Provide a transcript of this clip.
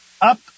up